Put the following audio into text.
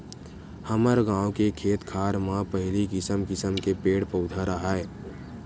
हमर गाँव के खेत खार म पहिली किसम किसम के पेड़ पउधा राहय